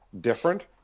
different